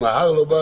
אם ההר לא בא